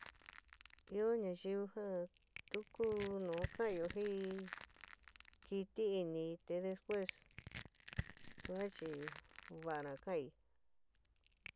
Ɨó nayuú ja tu kuú nu ka'anyo jɨn'ií, kɨti inií te despúes tuá chi va'ana kaan'ii.